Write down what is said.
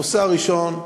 הנושא הראשון,